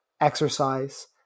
exercise